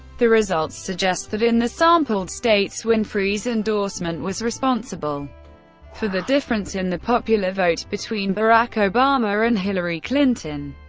the results suggest that in the sampled states, winfrey's endorsement was responsible for the difference in the popular vote between barack obama and hillary clinton.